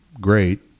great